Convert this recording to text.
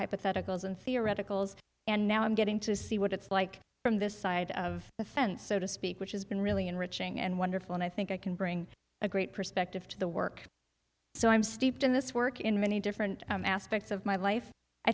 hypotheticals and theoretical and now i'm getting to see what it's like from this side of the fence so to speak which has been really enriching and wonderful and i think i can bring a great perspective to the work so i'm steeped in this work in many different aspects of my life i